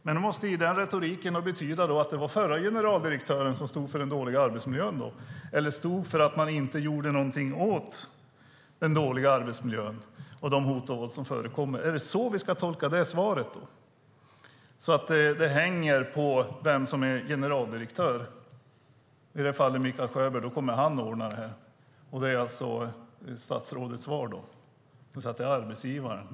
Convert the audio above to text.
Men då måste den retoriken betyda att det var den förra generaldirektören som stod för den dåliga arbetsmiljön eller stod för att man inte gjorde någonting åt den dåliga arbetsmiljön och de hot och det våld som förekommer. Är det så vi ska tolka det svaret? Hänger det på vem som är generaldirektör? I det här fallet är det då Mikael Sjöberg som kommer att ordna saken. Statsrådets svar är alltså att det är arbetsgivarens ansvar.